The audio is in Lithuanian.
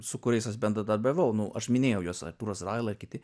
su kuriais aš bendradarbiavau nu aš minėjau juos artūras raila kiti